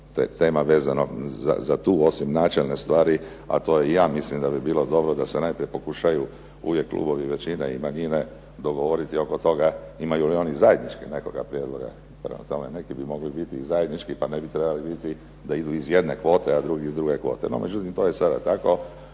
tema vezano za tu osim načelne stvari, a to je ja mislim da bi bilo dobro da se neke pokušaju ... većine i manjine dogovoriti oko toga, imaju li oni zajednički nekoga prijedloga. Prema tome, neki bi mogli biti i zajednički pa ne bi trebali biti da idu iz jedne kvote, a drugi iz druge kvote. No, međutim to je sada tako.